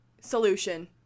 solution